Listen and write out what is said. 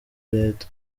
leta